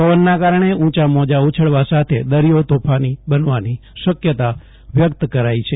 પવનના કારણે ઉંચા મોજા ઉંછળવા સાથે દરિયો તોફાની બનવાની શક્યતા વ્યક્ત કરાઇ છે